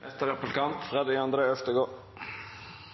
Det har helt fra